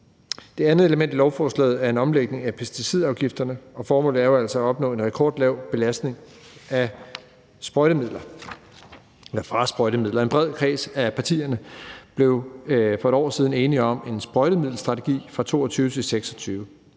Det andet element i lovforslaget er en omlægning af pesticidafgifterne, og formålet er jo altså at opnå en rekordlav belastning fra sprøjtemidler. En bred kreds af partierne blev for et år siden enige om en sprøjtemiddelstrategi fra 2022 til 2026.